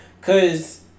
cause